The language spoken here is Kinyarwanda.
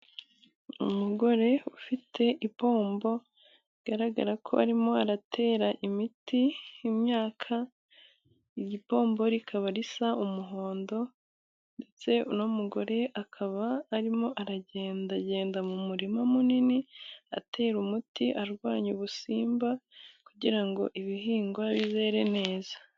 Umugore ufite ipombo ,bigaragara ko arimo aratera imiti imyaka iryo pombo rikaba risa umuhondo ,ndetse n'umugore akaba arimo aragendagenda mu murima munini ,atera umuti arwanya ubusimba kugirango ibihingwa bizere neza.